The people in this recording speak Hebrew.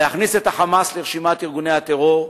להכניס את ה"חמאס" לרשימת ארגוני הטרור,